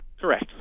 Correct